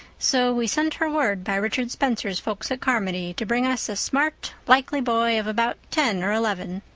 so we sent her word by richard spencer's folks at carmody to bring us a smart, likely boy of about ten or eleven.